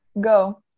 go